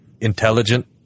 intelligent